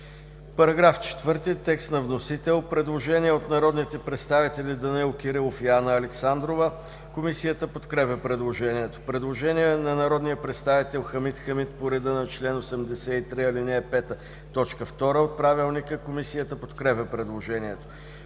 Параграф 6 – текст на вносител. Предложение от народните представители Данаил Кирилов и Анна Александрова. Комисията подкрепя по принцип предложението. Предложение на народния представител Хамид Хамид по реда на чл. 83, ал. 5, т. 2 от Правилника. Комисията подкрепя предложението.